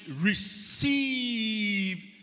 receive